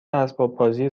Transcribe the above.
اسباببازی